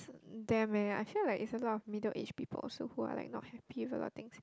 them eh I feel like it's a lot of middle aged people also who are like not happy with a lot of things